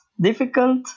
difficult